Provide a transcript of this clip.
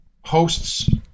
hosts